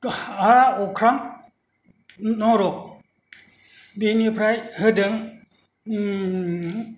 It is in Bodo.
हा अख्रां नरग बेनिफ्राय होदों